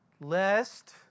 lest